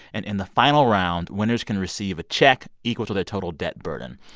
and in the final round, winners can receive a check equal to their total debt burden.